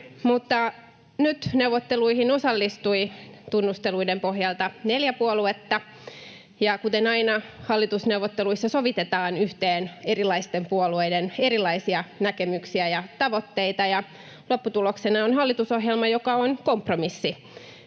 nyt neuvotteluihin osallistui tunnusteluiden pohjalta neljä puoluetta, ja, kuten aina, hallitusneuvotteluissa sovitetaan yhteen erilaisten puolueiden erilaisia näkemyksiä ja tavoitteita ja lopputuloksena on hallitusohjelma, joka on kompromissi,